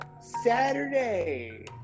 Saturday